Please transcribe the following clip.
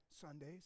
Sundays